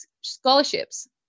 scholarships